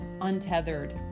untethered